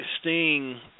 Sting